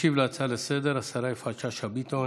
תשיב על ההצעה לסדר-היום השרה יפעת שאשא ביטון,